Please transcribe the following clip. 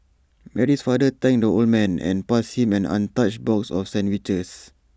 Mary's father thanked the old man and passed him an untouched box of sandwiches